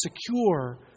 secure